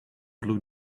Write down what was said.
blue